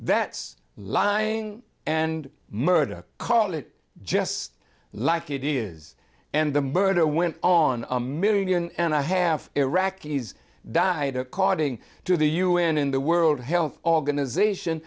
that's lying and murder call it just like it is and the murder went on a million and a half iraqis died according to the u n in the world health organization